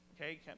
okay